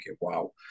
wow